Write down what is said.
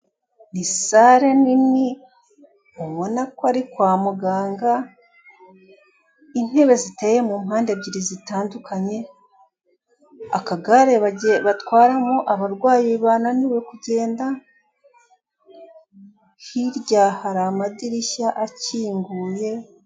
Ni salle nini ubona ko ari kwa muganga intebe ziteye mu mpande ebyiri zitandukanye, akagare batwaramo abarwayi bananiwe kugenda, hirya hari amadirishya akinguye.